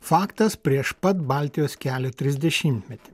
faktas prieš pat baltijos kelio trisdešimtmetį